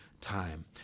time